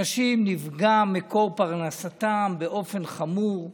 אנשים, נפגע מקור פרנסתם באופן חמור.